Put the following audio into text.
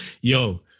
Yo